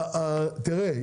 תראה,